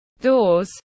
doors